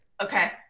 Okay